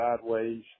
sideways